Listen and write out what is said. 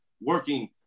working